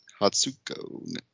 Hatsuko